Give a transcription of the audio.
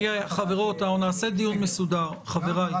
רגע, אנחנו נעשה דיון מסודר, חבריי.